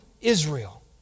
Israel